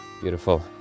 Beautiful